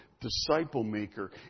disciple-maker